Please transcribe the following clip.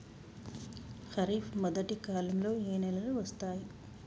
ఖరీఫ్ మొదటి కాలంలో ఏ నెలలు వస్తాయి?